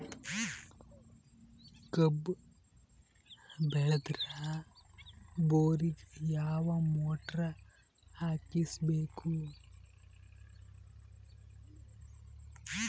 ಕಬ್ಬು ಬೇಳದರ್ ಬೋರಿಗ ಯಾವ ಮೋಟ್ರ ಹಾಕಿಸಬೇಕು?